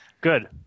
Good